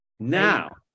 now